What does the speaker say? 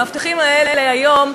המאבטחים האלה היום,